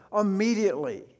immediately